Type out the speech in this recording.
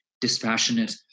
dispassionate